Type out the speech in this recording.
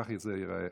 כך זה ייראה,